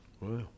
Wow